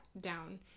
down